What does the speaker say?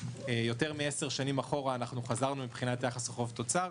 חזרנו יותר מעשר שנים אחורה מבחינת יחס חוב-תוצר.